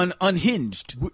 Unhinged